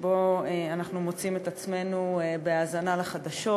שבו אנחנו מוצאים את עצמנו בהאזנה לחדשות,